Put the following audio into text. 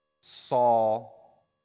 Saul